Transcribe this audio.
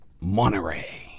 Monterey